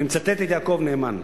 אני מצטט את יעקב נאמן: